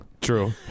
True